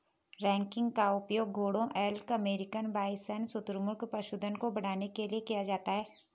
ranking का उपयोग घोड़ों एल्क अमेरिकन बाइसन शुतुरमुर्ग पशुधन को बढ़ाने के लिए किया जाता है